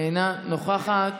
אינה נוכחת,